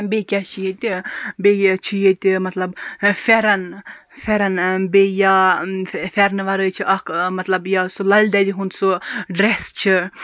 بیٚیہِ کیاہ چھِ ییٚتہِ بیٚیہِ چھِ ییٚتہِ مَطلَب فیٚرَن فیٚرَن بیٚیہِ یا فیٚرنہٕ وَرٲے چھُ اکھ مَطلَب یا سُہ لَل دٮ۪دِ ہُنٛد سُہ ڈریٚس چھ